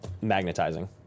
magnetizing